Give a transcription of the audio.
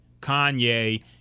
Kanye